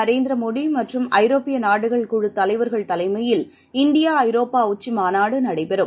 நரேந்திரமோடிமற்றும் ஐரோப்பியநாடுகள் குழுத் தலைவரகள் தலைமையில் இந்தியாஜரோப்பாஉச்சிமாநாடுநடைபெறும்